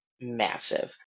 massive